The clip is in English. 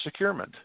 securement